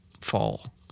fall